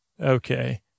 Okay